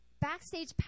backstage